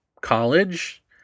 college